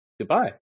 Goodbye